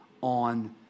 on